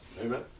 Amen